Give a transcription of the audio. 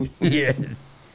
yes